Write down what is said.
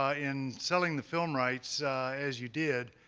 ah in selling the film rights as you did,